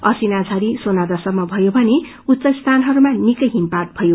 असिना झरी सोनादासम्म भयो भने उच्च स्थानहरूमा निकै हिमपात भयो